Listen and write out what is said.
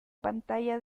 pantalla